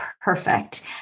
perfect